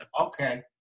Okay